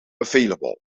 available